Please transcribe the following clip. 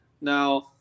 now